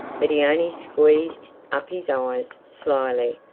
but he only squeezed up his eyes, slyly,